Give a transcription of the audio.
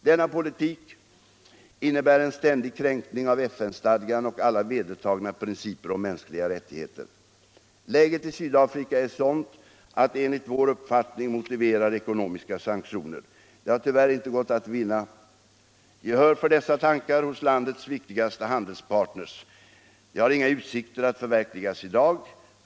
Denna politik innebär en ständig kränkning av FN-stadgan och alla vedertagna principer om mänskliga rättigheter. Läget i Sydafrika är sådant att det enligt vår uppfattning motiverar ekonomiska sanktioner. Det har tyvärr inte gått att vinna gehör för dessa tankar hos landets viktigaste handelspartner. De har inga utsikter att förverkligas i dag.